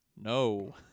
no